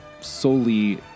solely